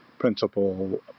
principle